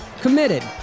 committed